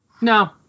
No